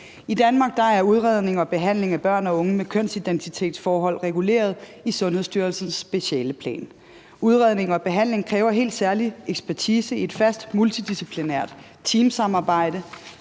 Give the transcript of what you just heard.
I Danmark er udredning og behandling af børn og unge med kønsidentitetsforhold reguleret i Sundhedsstyrelsens specialeplan. Udredning og behandling kræver helt særlig ekspertise i et fast multidisciplinært teamsamarbejde.